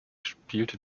spielte